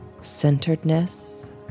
centeredness